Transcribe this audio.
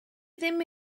ddim